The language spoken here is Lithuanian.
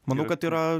manau kad yra